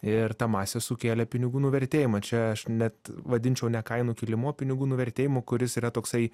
ir ta masė sukėlė pinigų nuvertėjimą čia aš net vadinčiau ne kainų kilimu o pinigų nuvertėjimu kuris yra toksai